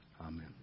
Amen